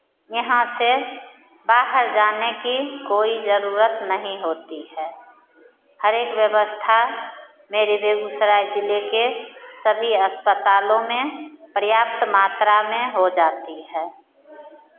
यहाँ से बाहर जाने की कोई जरूरत नहीं होती है हर एक व्यवस्था मेरे बेगूसराय जिले के सभी अस्पतालों में पर्याप्त मात्रा में हो जाती है